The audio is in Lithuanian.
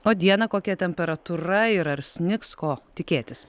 o dieną kokia temperatūra ir ar snigs ko tikėtis